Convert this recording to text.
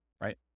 right